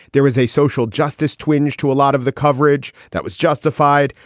there was a social justice twinge to a lot of the coverage that was justified.